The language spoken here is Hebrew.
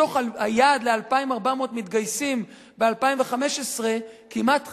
מתוך היעד ל-2,400 מתגייסים ב-2015, כמעט חצי,